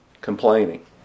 complaining